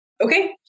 okay